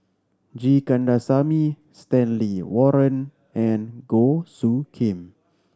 G Kandasamy Stanley Warren and Goh Soo Khim